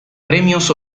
premios